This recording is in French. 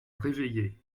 réveiller